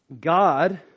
God